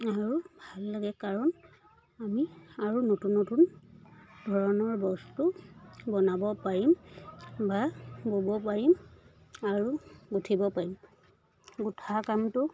আৰু ভাল লাগে কাৰণ আমি আৰু নতুন নতুন ধৰণৰ বস্তু বনাব পাৰিম বা ব'ব পাৰিম আৰু গুঁঠিব পাৰিম গোঁঠা কামটো